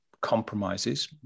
compromises